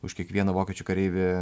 už kiekvieną vokiečių kareivį